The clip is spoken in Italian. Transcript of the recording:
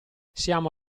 siamo